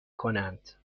کنند